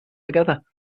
together